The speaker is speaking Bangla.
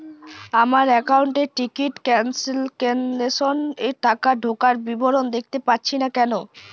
আমার একাউন্ট এ টিকিট ক্যান্সেলেশন এর টাকা ঢোকার বিবরণ দেখতে পাচ্ছি না কেন?